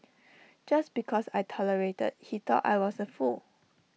just because I tolerated he thought I was A fool